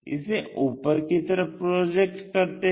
इसे ऊपर कि तरफ प्रोजेक्ट करते हैं